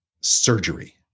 surgery